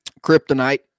Kryptonite